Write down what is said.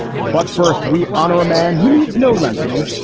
but first, we honor a man who needs no lengthening.